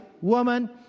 woman